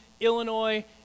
Illinois